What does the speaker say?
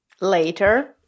Later